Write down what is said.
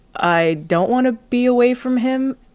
i don't want to be away from him.